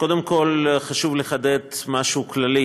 קודם כול חשוב לחדד משהו כללי,